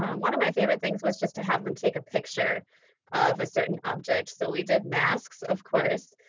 one of my favorite things was just to have them take a picture of a certain object. so we did masks of course,